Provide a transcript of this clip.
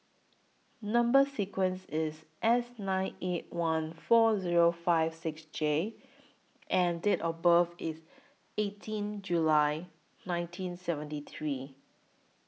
Number sequence IS S nine eight one four Zero five six J and Date of birth IS eighteen July nineteen seventy three